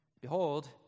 behold